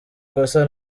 kosa